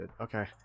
Okay